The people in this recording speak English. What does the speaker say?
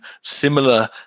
similar